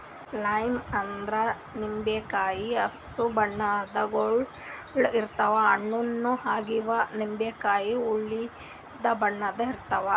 lime ಅಂದ್ರ ನಿಂಬಿಕಾಯಿ ಹಸ್ರ್ ಬಣ್ಣದ್ ಗೊಳ್ ಇರ್ತವ್ ಹಣ್ಣ್ ಆಗಿವ್ ನಿಂಬಿಕಾಯಿ ಹಳ್ದಿ ಬಣ್ಣದ್ ಇರ್ತವ್